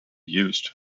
used